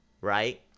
right